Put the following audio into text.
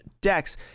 decks